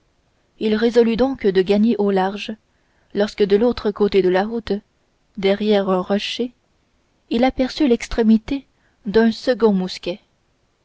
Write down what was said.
il résolut donc de gagner au large lorsque de l'autre côté de la route derrière un rocher il aperçut l'extrémité d'un second mousquet